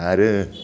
आरो